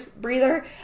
breather